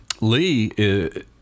Lee